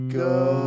go